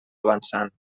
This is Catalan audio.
avançant